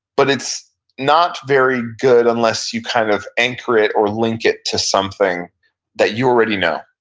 but it's not very good unless you kind of anchor it or link it to something that you already know.